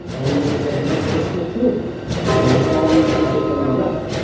then it means that this is close to a flu and then we probably should just let it run,